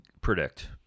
predict